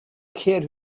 kid